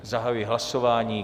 Zahajuji hlasování.